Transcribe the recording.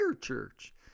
church